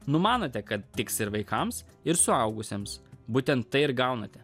numanote kad tiks ir vaikams ir suaugusiems būtent tai ir gaunate